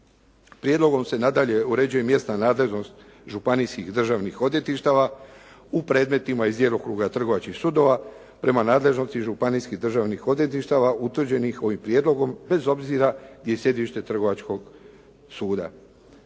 Prijedlogom se nadalje uređuje mjesna nadležnost županijskih državnih odvjetništava u predmetima iz djelokruga trgovačkih sudova prema nadležnosti županijskih državnih odvjetništava utvrđenih ovih prijedlogom bez obzira gdje je sjedište trgovačkog suda.